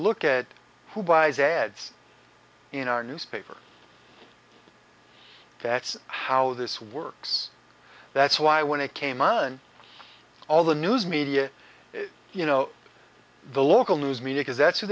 look at who buys ads in our newspaper that's how this works that's why when it came on all the news media you know the local news media is that's who